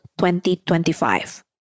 2025